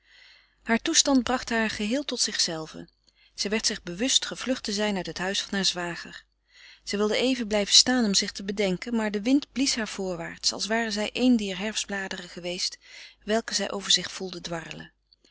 haar toestand bracht haar geheel tot zichzelve zij werd zich bewust gevlucht te zijn uit het huis van haar zwager zij wilde even blijven staan om zich te bedenken maar de wind blies haar voorwaarts als ware zij een dier herfstbladeren geweest welke zij over zich voelde dwarrelen